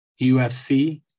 UFC